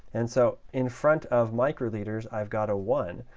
and so in front of microliters, i've got a one.